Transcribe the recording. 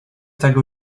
tego